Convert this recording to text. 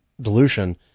dilution